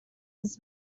his